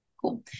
Cool